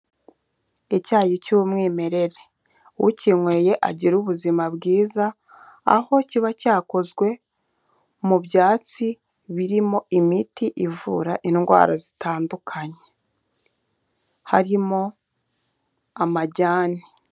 Icyayi cy'umwimerere ukinyweye agira ubuzima bwiza, aho kiba cyakozwe mu byatsi birimo imiti ivura indwara zitandukanye, harimo amajyane.